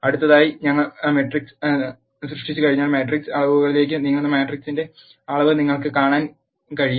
അടുത്തതായി ഞങ്ങൾ മാട്രിക്സ് സൃഷ്ടിച്ചുകഴിഞ്ഞാൽ മാട്രിക്സ് അളവുകളിലേക്ക് നീങ്ങുന്നു മാട്രിക്സിന്റെ അളവ് നിങ്ങൾക്ക് എങ്ങനെ അറിയാൻ കഴിയും